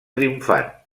triomfant